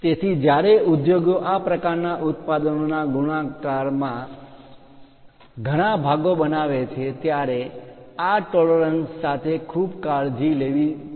તેથી જ્યારે ઉદ્યોગો આ પ્રકારના ઉત્પાદનો ના ગુણાકારમાં ઘણા ભાગો બનાવે છે ત્યારે આ ટોલરન્સ પરિમાણ માં માન્ય તફાવત સાથે ખૂબ કાળજી લેવી પડે છે